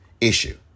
issue